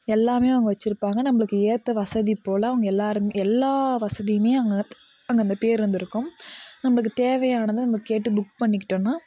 எல்லாமே அவங்க வச்சி இருப்பாங்க நம்பளுக்கு ஏற்ற வசதி போல் அவங்க எல்லாரும் எல்லா வசதியுமே அங்கே அங்கே அந்த பேர் வந்து இருக்கும் நம்பளுக்கு தேவையானதை நம்ம கேட்டு புக் பண்ணிக்கிட்டோன்னா